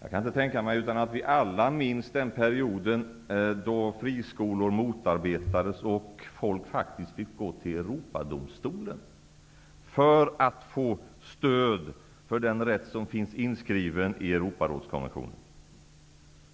Jag kan inte tänka mig annat än att vi alla minns den period då friskolor motarbetades och människor faktiskt fick gå till Europadomstolen för att få stöd för den rätt som finns inskriven i Europarådskonventionen